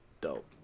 Dope